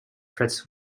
fritz